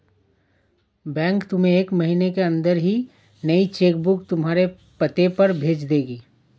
bank तुम्हें एक महीने के अंदर ही नई चेक बुक तुम्हारे पते पर भेज देगी